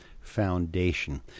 foundation